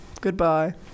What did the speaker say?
Goodbye